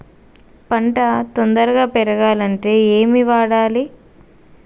పంట తొందరగా పెరగాలంటే ఏమి వాడాలి?